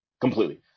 completely